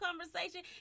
conversation